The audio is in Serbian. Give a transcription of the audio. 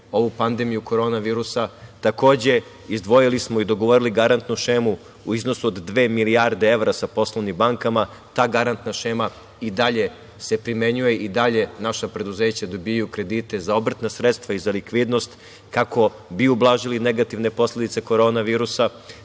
ovu pandemiju korona virusa. Takođe, izdvojili smo i dogovorili garantnu šemu u iznosu od dve milijarde evra sa poslovnim bankama. Ta garantna šema i dalje se primenjuje i dalje naša preduzeća dobijaju kredite za obrtna sredstva i za likvidnost kako bi ublažili negativne posledice korona